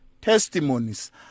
testimonies